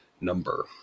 number